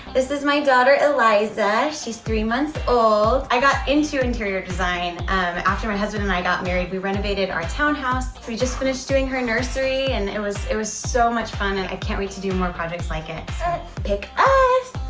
this is my daughter eliza she's three months old. i got into interior design after my husband and i got married we renovated our townhouse we just finished doing her nursery and it was it was so much fun. and i can't wait to do more projects like it pick us!